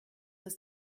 das